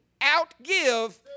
outgive